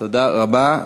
תודה רבה.